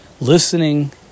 listening